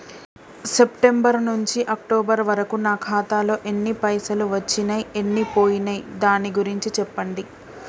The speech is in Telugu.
సెప్టెంబర్ నుంచి అక్టోబర్ వరకు నా ఖాతాలో ఎన్ని పైసలు వచ్చినయ్ ఎన్ని పోయినయ్ దాని గురించి చెప్పండి?